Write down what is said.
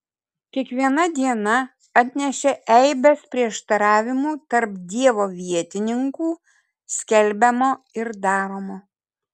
kiekviena diena atnešė eibes prieštaravimų tarp dievo vietininkų skelbiamo ir daromo